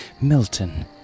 Milton